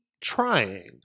trying